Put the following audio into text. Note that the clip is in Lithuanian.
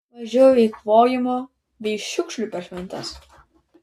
mažiau eikvojimo bei šiukšlių per šventes